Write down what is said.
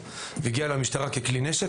כצעצוע והגיע למשטרה ככלי נשק,